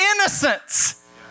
innocence